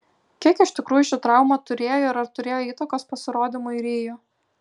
kiek iš tikrųjų šį trauma turėjo ir ar turėjo įtakos pasirodymui rio